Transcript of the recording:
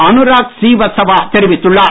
Anurag Srivastava தெரிவித்துள்ளார்